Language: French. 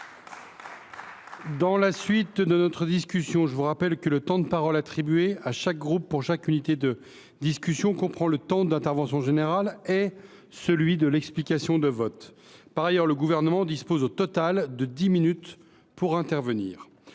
de la mission. Mes chers collègues, je vous rappelle que le temps de parole attribué à chaque groupe pour chaque discussion comprend le temps de l’intervention générale et celui de l’explication de vote. Par ailleurs, le Gouvernement dispose au total de dix minutes pour intervenir.